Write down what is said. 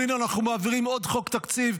והינה אנחנו מעבירים עוד חוק תקציב,